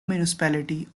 municipality